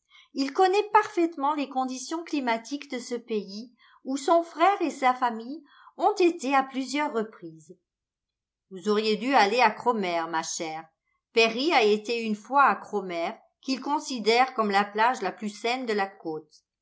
il connaît parfaitement les conditions climatiques de ce pays où son frère et sa famille ont été à plusieurs reprises vous auriez dû aller à cromer ma chère perry a été une fois à cromer qu'il considère comme la plage la plus saine de la côte